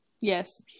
Yes